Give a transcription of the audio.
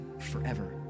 forever